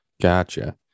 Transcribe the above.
Gotcha